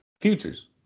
futures